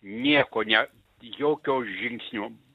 nieko ne jokio žingsnio